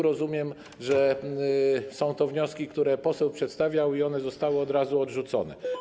Rozumiem, że są to wnioski, które przedstawiał poseł, i one zostały od razu odrzucone.